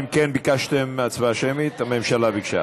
אם כן, ביקשתם הצבעה שמית, הממשלה ביקשה.